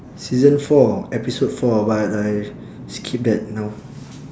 season four episode four but I skip that now